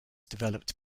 developed